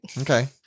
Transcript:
Okay